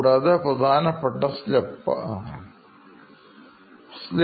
നമ്മുടെ ഒന്നാമത്തെസ്റ്റെപ്പ്